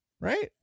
right